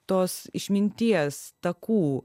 tos išminties takų